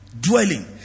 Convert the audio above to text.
dwelling